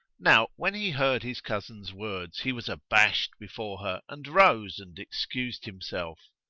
now when he heard his cousin's words, he was abashed before her and rose and excused himself.